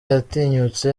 yatinyutse